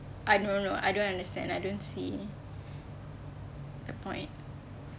I no no I don't understand I don't see the point